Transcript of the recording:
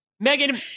Megan